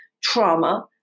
trauma